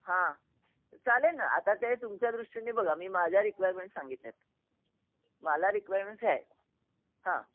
हां चालेल ना आता ते तुमच्या दृष्टीने बघा मी माझ्या रिक्वायरमेंट सांगितल्या आहेत मला रिक्वायरमेंट्स ह्या आहे हां